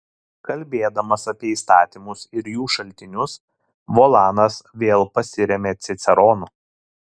kalbėdamas apie įstatymus ir jų šaltinius volanas vėl pasiremia ciceronu